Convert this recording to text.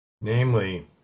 Namely